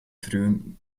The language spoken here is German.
frühen